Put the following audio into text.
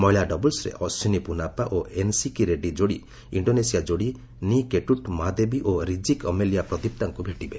ମହିଳା ଡବଲ୍ୱରେ ଅଶ୍ୱିନୀ ପୁନାପା ଓ ଏନ୍ସିକି ରେଡି ଯୋଡ଼ି ଇଣ୍ଡୋନେସିଆ ଯୋଡ଼ି ନି କେଟୁଟ୍ ମହାଦେବୀ ଓ ରିଜ୍କି ଅମେଲିଆ ପ୍ରଦୀପ୍ତାଙ୍କୁ ଭେଟିବେ